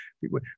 People